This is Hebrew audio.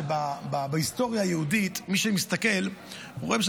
בהיסטוריה היהודית מי שמסתכל רואה,